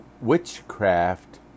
witchcraft